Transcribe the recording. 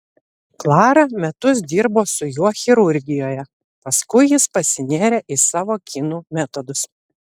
klara metus dirbo su juo chirurgijoje paskui jis pasinėrė į savo kinų metodus